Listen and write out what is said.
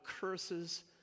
curses